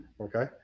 Okay